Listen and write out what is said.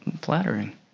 flattering